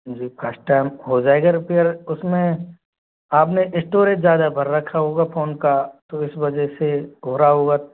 जी first time हो जाएगा repair उसमें आपने इस्टोरेज ज़्यादा भर रखा होगा फोन का तो इस वजह से हो रहा होगा